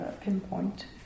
pinpoint